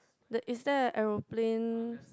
the is there a aeroplane